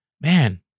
man